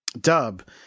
dub